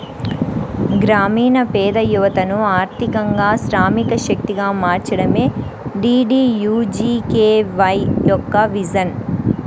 గ్రామీణ పేద యువతను ఆర్థికంగా శ్రామిక శక్తిగా మార్చడమే డీడీయూజీకేవై యొక్క విజన్